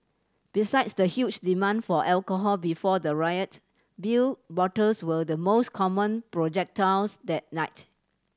besides the huge demand for alcohol before the riot beer bottles well the most common projectiles that night